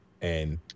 And-